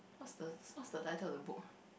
what's the what's the title of the book